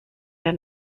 der